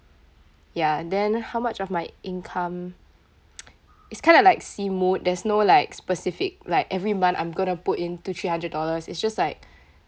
ya then how much of my income is kinda like see mood there's no like specific like every month I'm gonna put in two three hundred dollars it's just like